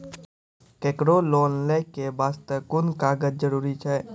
केकरो लोन लै के बास्ते कुन कागज जरूरी छै?